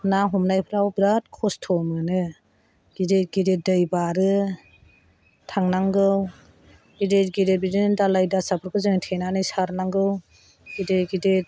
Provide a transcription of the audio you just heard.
ना हमनायफ्राव बिराद खस्थ' मोनो गिदिर गिदिर दै बारो थांनांगौ गिदिर गिदिर बिदिनो दालाय दासाफोरखौ जों थेनानै सारनांगौ गिदिर गिदिर